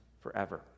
forever